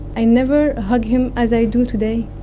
i never hug him as i do today